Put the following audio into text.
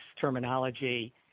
terminology